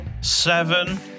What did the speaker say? seven